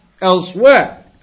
elsewhere